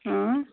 آ